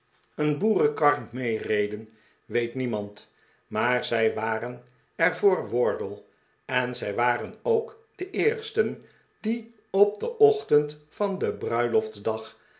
een boerenkar meereden weet niemand maar zij waren er voor wardle en zij waren ook de eersten die op den ochtend van den bruilof